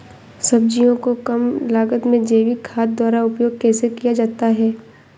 सब्जियों को कम लागत में जैविक खाद द्वारा उपयोग कैसे किया जाता है?